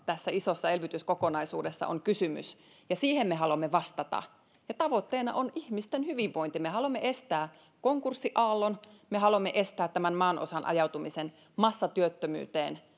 tässä isossa elvytyskokonaisuudessa on kysymys koronakriisin hoidosta ja siihen me haluamme vastata tavoitteena on ihmisten hyvinvointi me haluamme estää konkurssiaallon me haluamme estää tämän maanosan ajautumisen massatyöttömyyteen